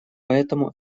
поэтому